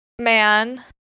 man